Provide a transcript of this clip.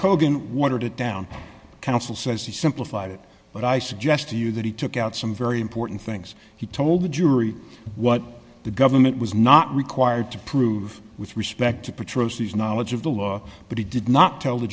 kogan watered it down counsel says he simplified it but i suggest to you that he took out some very important things he told the jury what the government was not required to prove with respect to patrol cities knowledge of the law but he did not tell the